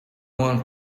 want